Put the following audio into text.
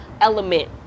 element